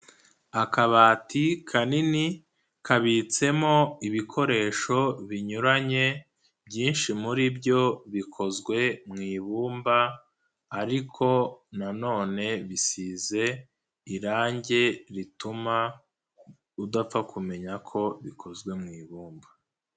Akabati kanini kabitsemo ibikoresho binyuranye byinshi muri byo bikozwe mu ibumba ariko na none bisize irangi rituma udapfa kumenya ko bikozwe mu ibumba.